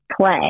play